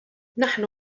نحن